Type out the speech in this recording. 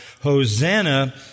Hosanna